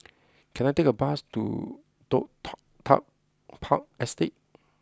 can I take a bus to Toh tall Tuck Park Estate